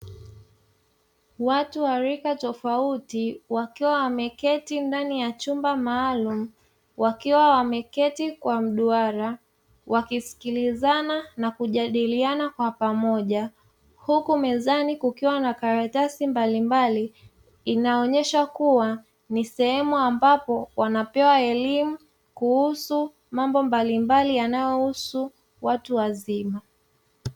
Watu wa rika tofauti wakiwa wameketi ndani ya chumba maalum, wakiwa wameketi kwa mduara, wakisikilizana na kujadaliana kwa pamoja huku mezani kukiwa na karatasi mbalimbali. Inaonyesha kuwa ni sehemu ambapo wanapewa elimu kuhusu mambo mbalimbali yanayohusu watu wazima.